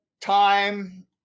time